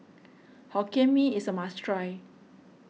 Hokkien Mee is a must try